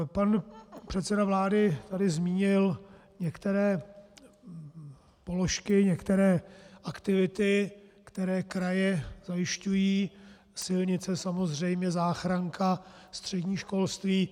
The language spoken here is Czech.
Pan předseda vlády tady zmínil některé položky, některé aktivity, které kraje zajišťují silnice, samozřejmě záchranka, střední školství.